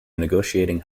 negotiating